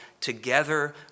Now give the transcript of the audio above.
together